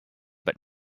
but